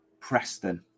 Preston